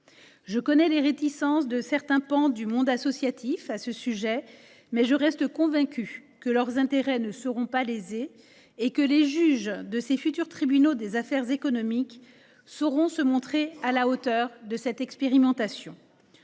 Je connais les réticences de certains pans du monde associatif à ce sujet, mais je reste convaincue que leurs intérêts ne seront pas lésés et que les juges de ces futurs tribunaux des activités économiques sauront se montrer à la hauteur de cette expérimentation.